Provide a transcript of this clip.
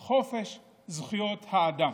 "חופש", "זכויות האדם".